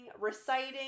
reciting